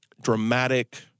dramatic